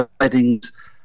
weddings